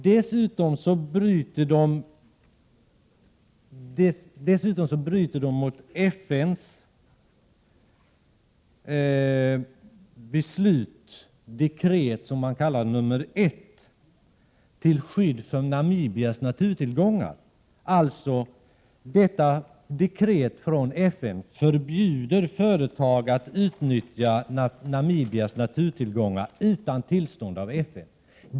Dessutom bryter företaget mot FN:s beslut, dekret nr 1 till skydd för Namibias naturtillgångar. Detta dekret från FN förbjuder företag att utnyttja Namibias naturtillgångar utan tillstånd från FN.